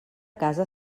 casa